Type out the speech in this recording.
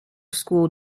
school